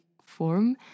form